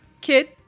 kid